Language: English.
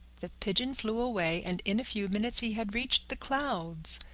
the pigeon flew away, and in a few minutes he had reached the clouds.